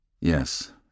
Yes